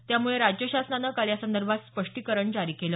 त्यामुळे राज्य शासनानं काल यासंदर्भात स्पष्टीकरण जारी केलं